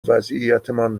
وضعیتمان